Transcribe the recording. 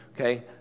Okay